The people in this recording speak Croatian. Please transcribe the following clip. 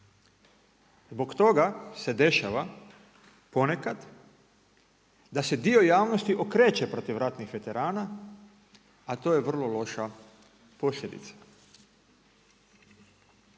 Zbog toga se dešava ponekad da se dio javnosti okreće protiv ratnih veterana, a to je vrlo loša posljedica.